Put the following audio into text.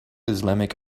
islamic